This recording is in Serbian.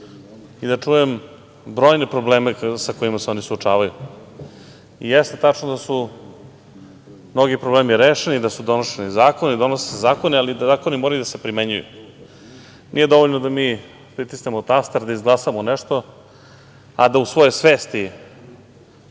i da čujem brojne probleme sa kojima se oni suočavaju. Jeste tačno da su mnogi problemi rešeni, da su donošeni zakoni, donose se zakoni, ali da zakoni moraju da se primenjuju. Nije dovoljno da mi pritisnemo taster, da izglasamo nešto, a da u svojoj svesti